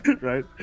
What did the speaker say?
Right